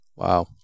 Wow